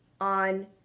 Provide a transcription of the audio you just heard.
on